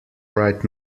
right